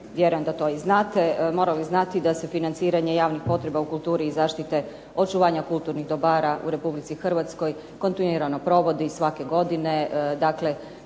vjerujem da to i znate, morali znati da se financiranje javnih potreba u kulturi i zaštite očuvanja kulturnih dobara u Republici Hrvatskoj kontinuirano provodi i svake godine.